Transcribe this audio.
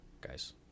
guys